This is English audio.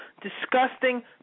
disgusting